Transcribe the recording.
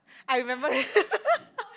I remember that